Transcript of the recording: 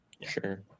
sure